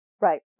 Right